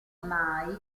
mai